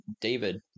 David